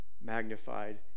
magnified